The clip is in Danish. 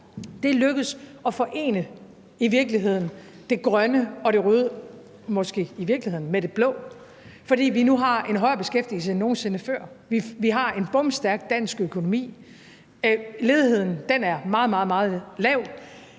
er lykkedes at forene det grønne og det røde, måske i virkeligheden med det blå, fordi vi nu har en højere beskæftigelse end nogen sinde før. Vi har en bomstærk dansk økonomi, ledigheden er meget, meget lav,